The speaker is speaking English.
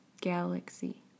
galaxy